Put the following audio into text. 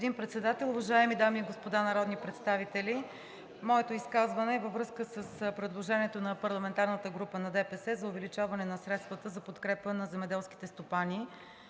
уважаеми дами и господа народни представители! Моето изказване е във връзка с предложението на парламентарната група на ДПС за увеличаване на средствата за подкрепа на земеделските стопани